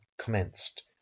commenced